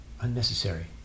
unnecessary